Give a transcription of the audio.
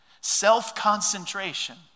self-concentration